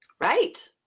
Right